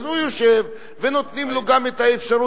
הוא יושב ונותנים לו גם את האפשרות